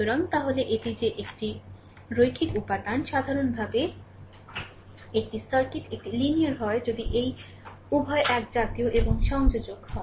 সুতরাং তাহলে এটি যে এটি একটি রৈখিক উপাদান সাধারণভাবে একটি সার্কিট একটি লিনিয়ার হয় যদি এটি উভয় একজাতীয় এবং সংযোজক হয়